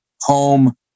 home